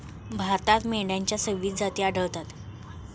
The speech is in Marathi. भारतात मेंढ्यांच्या सव्वीस जाती आढळतात